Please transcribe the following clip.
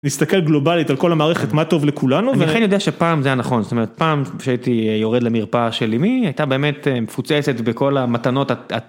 נסתכל גלובלית על כל המערכת מה טוב לכולנו ואני יודע שפעם זה נכון זאת אומרת פעם שהייתי יורד למרפאה שלי מי הייתה באמת מפוצצת בכל המתנות.